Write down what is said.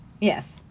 Yes